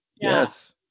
Yes